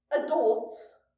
adults